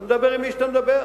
אתה מדבר עם מי שאתה מדבר.